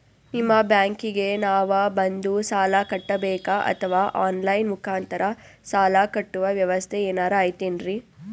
ನಿಮ್ಮ ಬ್ಯಾಂಕಿಗೆ ನಾವ ಬಂದು ಸಾಲ ಕಟ್ಟಬೇಕಾ ಅಥವಾ ಆನ್ ಲೈನ್ ಮುಖಾಂತರ ಸಾಲ ಕಟ್ಟುವ ವ್ಯೆವಸ್ಥೆ ಏನಾರ ಐತೇನ್ರಿ?